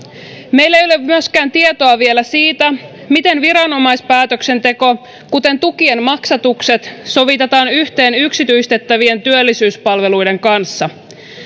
meillä ei ole myöskään tietoa vielä siitä miten viranomaispäätöksenteko kuten tukien maksatukset sovitetaan yhteen yksityistettävien työllisyyspalveluiden kanssa